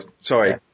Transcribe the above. Sorry